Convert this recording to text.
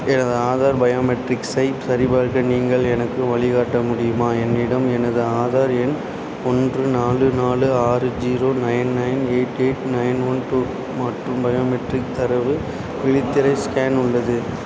எனது ஆதார் பயோமெட்ரிக்ஸை சரிபார்க்க நீங்கள் எனக்கு வழிகாட்ட முடியுமா என்னிடம் எனது ஆதார் எண் ஒன்று நாலு நாலு ஆறு zero nine nine eight eight nine one two மற்றும் பயோமெட்ரிக் தரவு விழித்திரை ஸ்கேன் உள்ளது